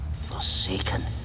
Forsaken